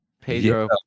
Pedro